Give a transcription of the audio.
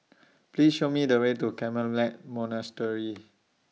Please Show Me The Way to Carmelite Monastery